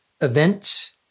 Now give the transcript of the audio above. events